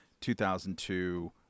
2002